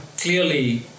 clearly